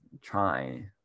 try